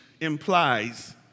implies